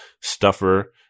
stuffer